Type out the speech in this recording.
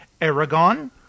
Aragon